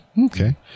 Okay